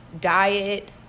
diet